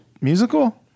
musical